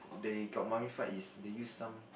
they got mummified is they use some